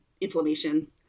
inflammation